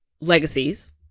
Legacies